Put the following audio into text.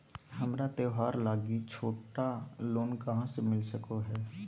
हमरा त्योहार लागि छोटा लोन कहाँ से मिल सको हइ?